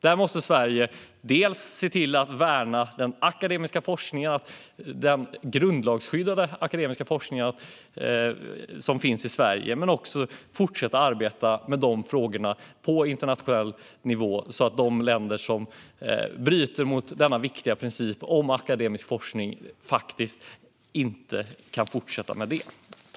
Där måste Sverige dels se till att värna den grundlagsskyddade akademiska frihet som finns i Sverige, dels fortsätta att arbeta med de frågorna på internationell nivå så att de länder som bryter mot den viktiga principen om akademisk frihet inte kan fortsätta med det.